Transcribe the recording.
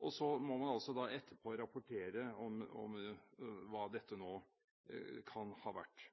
og så må man etterpå rapportere om hva dette nå kan ha vært.